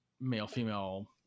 male-female